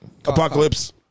Apocalypse